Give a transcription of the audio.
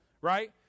right